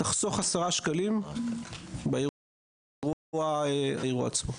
תחסוך עשרה שקלים באירוע עצמו.